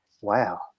wow